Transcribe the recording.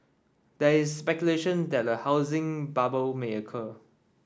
there is speculation that a housing bubble may occur